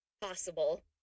possible